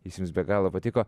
jis jums be galo patiko